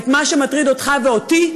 את מה שמטריד אותך ואותי,